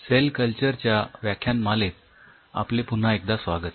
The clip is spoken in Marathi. सेल कल्चर च्या व्याख्यानमालेत आपले पुन्हा एकदा स्वागत